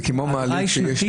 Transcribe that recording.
זה כמו במעלית שיש